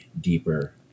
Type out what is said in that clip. deeper